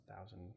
thousand